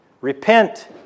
Repent